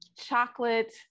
chocolate